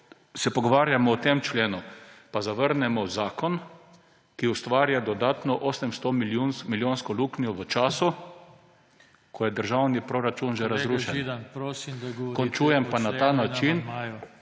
se pogovarjamo o tem členu pa zavrnemo zakon, ki ustvarja dodatno 800-milijonsko luknjo v času, ko je državni proračun že razrušen … **PODPREDSEDNIK